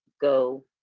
go